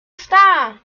está